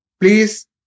please